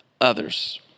others